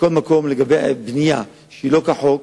מכל מקום, לגבי הבנייה שהיא לא כחוק,